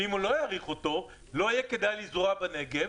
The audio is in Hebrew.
ואם הוא לא יאריך אותו לא יהיה כדאי לזרוע בנגב,